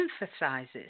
emphasizes